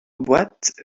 boîte